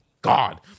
God